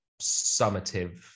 summative